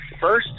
first